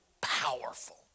powerful